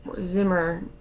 Zimmer